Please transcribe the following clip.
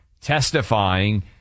testifying